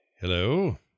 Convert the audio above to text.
Hello